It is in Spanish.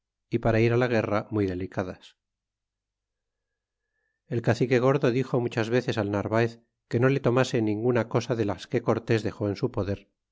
e para ir la guerra muy delicadas y el cacique gordo dixo muchas veces al narvaez que no le tomase cosa ninguna de las que cortés dexé en su poder